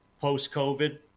post-COVID